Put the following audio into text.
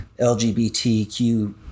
lgbtq